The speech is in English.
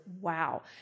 wow